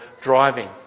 driving